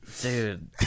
Dude